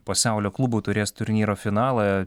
pasaulio klubų taurės turnyro finalą